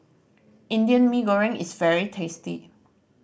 Indian Mee Goreng is very tasty